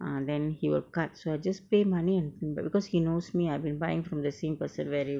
ah then he will cut so I just pay money and buy~ because he knows me I have been buying from the same person very